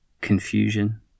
confusion